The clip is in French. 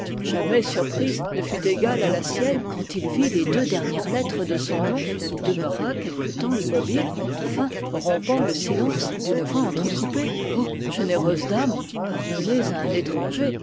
jamais surprise ne fut égale à la sienne quand il vit les deux dernières lettres de son nom il demeura quelque temps immobile enfin rompant le silence d'une voix entrecoupée o généreuse dame pardonnez à un étranger